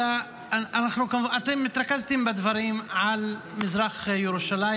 אתם התרכזתם בדברים של מזרח ירושלים